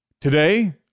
today